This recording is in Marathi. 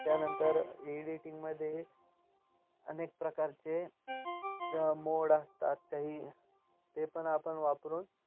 त्यानंतर एडिटिंगमध्ये अनेक प्रकारचे मोड असतात काही ते पण आपण वापरून